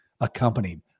accompanied